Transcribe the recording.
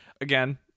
Again